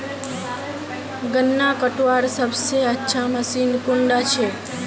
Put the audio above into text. गन्ना कटवार सबसे अच्छा मशीन कुन डा छे?